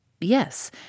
Yes